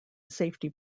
safety